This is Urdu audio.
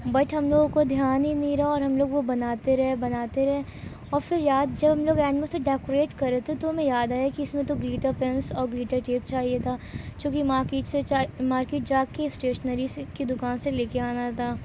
بٹ ہم لوگوں کو دھیان ہی نہیں رہا اور ہم لوگ وہ بناتے رہے بناتے رہے اور پھر یاد جب ہم لوگ اینڈ میں اسے ڈیکوریٹ کر رہے تھے تو ہمیں یاد آیا کہ اس میں تو گلیٹر پینس اور گلیٹر ٹیپ چاہیے تھا جو کہ مارکیٹ سے مارکیٹ جا کے اسٹیشنری سے کی دکان سے لے کے آنا تھا